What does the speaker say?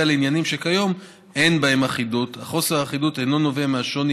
לעניינים שכיום אין בהם אחידות אך חוסר האחידות אינו נובע מהשוני